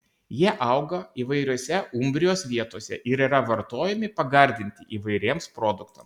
jie auga įvairiose umbrijos vietose ir yra vartojami pagardinti įvairiems produktams